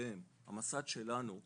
שהם המס"ד שלנו,